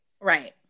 Right